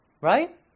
right